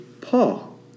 Paul